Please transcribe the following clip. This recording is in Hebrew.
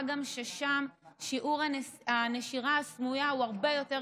מה גם שאז שיעור הנשירה הסמויה הרבה יותר